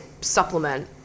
supplement